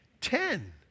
Ten